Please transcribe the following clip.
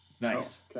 Nice